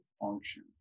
function